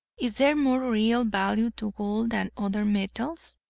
is there more real value to gold than other metals?